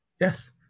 Yes